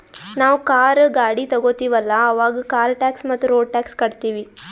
ನಾವ್ ಕಾರ್, ಗಾಡಿ ತೊಗೋತೀವಲ್ಲ, ಅವಾಗ್ ಕಾರ್ ಟ್ಯಾಕ್ಸ್ ಮತ್ತ ರೋಡ್ ಟ್ಯಾಕ್ಸ್ ಕಟ್ಟತೀವಿ